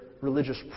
religious